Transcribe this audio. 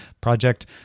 project